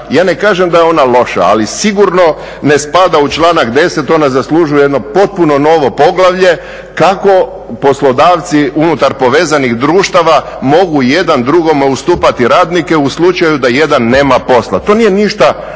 Ja ne kažem da je ona loša ali sigurno ne spada u članak 10., ona zaslužuje jedno potpuno novo poglavlje kako poslodavci unutar povezanih društava mogu jedan drugome ustupati radnike u slučaju da jedan nema posla. To nije ništa